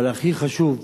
אבל הכי חשוב,